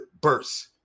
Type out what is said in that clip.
burst